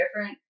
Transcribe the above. different